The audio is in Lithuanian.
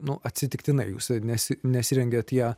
nu atsitiktinai jūs nesi nesirengėt ją